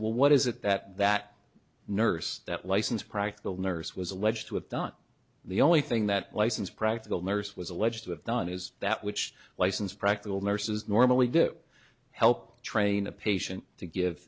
what is it that that nurse that license practical nurse was alleged to have done the only thing that license practical nurse was alleged to have done is that which license practical nurses normally do help train a patient to give